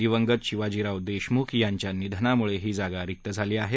दिवंगत शिवाजीराव देशमुख यांच्या निधनामुळे ही जागा रिक्त झाली आहे